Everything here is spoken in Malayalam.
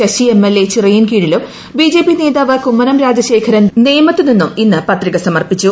ശശി എംഎൽഎ ചിറയിൻകീഴിലും ബിജെപി നേതാവ് കുമ്മനം രാജശേഖരൻ നേമത്തും ഇന്ന് പത്രിക സമർപ്പിച്ചു